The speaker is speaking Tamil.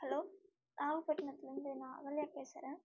ஹலோ நாகபட்டினத்துலேருந்து நான் அகல்யா பேசுறேன்